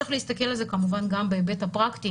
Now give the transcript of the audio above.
צריך להסתכל על זה כמובן גם בהיבט הפרקטי.